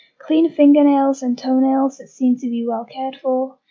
clean fingernails and toenails that seemed to be well cared for,